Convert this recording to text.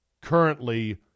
currently